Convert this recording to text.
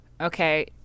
Okay